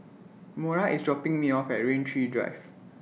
Mora IS dropping Me off At Rain Tree Drive